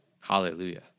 Hallelujah